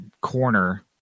corner